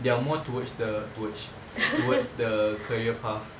they are more towards the towards towards the career path